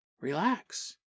relax